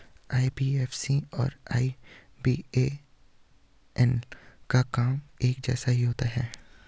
IFSC और IBAN का काम एक जैसा ही होता है